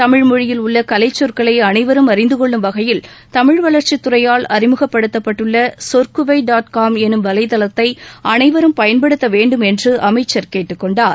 தமிழ் மொழியில் உள்ள கலைச் சொற்களை அனைவரும் அறிந்துகொள்ளும் வகையில் தமிழ் வளர்ச்சித் துறையால் அறிமுகப்படுத்தப்பட்டுள்ள சொற்குவை டாட் காம் எனும் வலைதளத்தை அனைவரும் பயன்படுத்த வேண்டும் என்று அமைச்சர் கேட்டுக்கொண்டார்